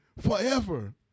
forever